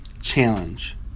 challenge